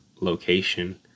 location